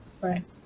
Right